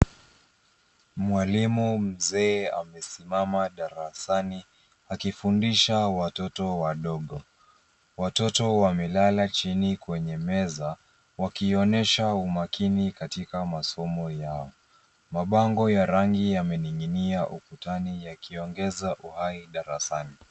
Mwalimu mzee amesimama darasani akifundisha watoto wadogo. Watoto wamelala chini kwenye meza wakionyesha umakini katika masomo yao. Mabango ya rangi yamening'inia ukutani yakiongeza uhai darasani.